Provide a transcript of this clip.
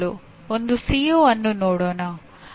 ಒಂದು ಸಿಒ ಅನ್ನು ನೋಡೋಣ